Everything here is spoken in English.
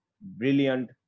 brilliant